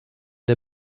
der